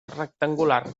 rectangular